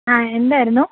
ആ എന്തായിരുന്നു